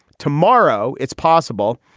tomorrow it's possible.